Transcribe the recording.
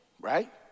right